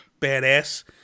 badass